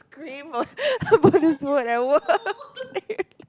cream will put this word at work